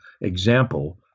example